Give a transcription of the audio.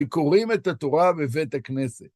קוראים את התורה בבית הכנסת.